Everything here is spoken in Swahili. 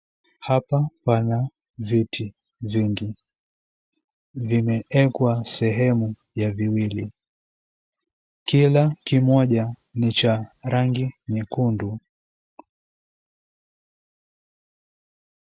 Hapa pana viti vingi vimewekwa sehemu ya viwili. Kila kimoja ni cha rangi nyekundu.